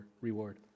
reward